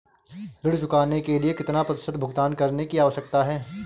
ऋण चुकाने के लिए कितना प्रतिशत भुगतान करने की आवश्यकता है?